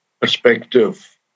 perspective